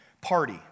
party